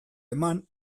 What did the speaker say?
eman